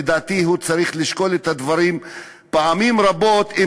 לדעתי הוא צריך לשקול את הדברים פעמים רבות,